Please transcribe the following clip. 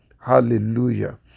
Hallelujah